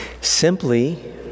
Simply